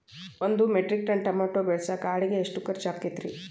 ಒಂದು metric ton tomato ಬೆಳಸಾಕ್ ಆಳಿಗೆ ಎಷ್ಟು ಖರ್ಚ್ ಆಕ್ಕೇತ್ರಿ?